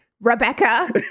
rebecca